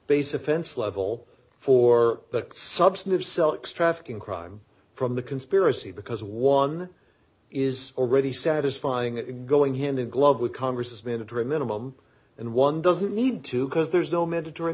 base offense level for the substantive celtic's trafficking crime from the conspiracy because one is already satisfying going hand in glove with congress's mandatory minimum and one doesn't need to because there's no mandatory